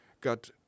got